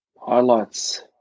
Highlights